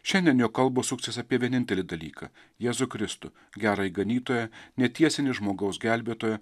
šiandien jo kalbos suksis apie vienintelį dalyką jėzų kristų gerąjį ganytoją netiesinį žmogaus gelbėtoją